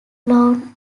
lawn